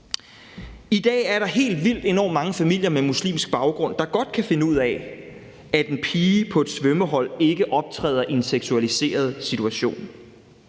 I dag er der helt vildt enormt mange familier med muslimsk baggrund, der godt kan finde ud af, at en pige på et svømmehold ikke optræder i en seksualiseret situation